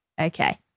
Okay